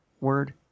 word